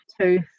two